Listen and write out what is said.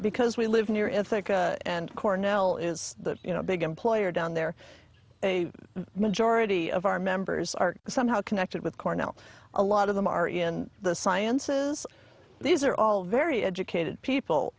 because we live near ethical and cornell is that you know big employer down there a majority of our members are somehow connected with cornell a lot of them are in the sciences these are all very educated people